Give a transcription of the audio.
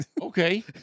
Okay